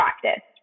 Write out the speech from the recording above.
practice